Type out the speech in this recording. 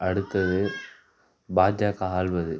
அடுத்தது பாஜக ஆள்வது